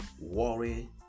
worry